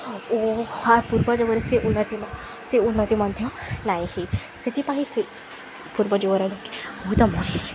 ଓ ପୂର୍ବ ଯୁଗରେ ସେ ଉନ୍ନତି ସେ ଉନ୍ନତି ମଧ୍ୟ ନାଇଁ ସେଥିପାଇଁ ସେ ପୂର୍ବ ଯୁଗର ଲୋକେ ବହୁତ